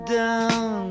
down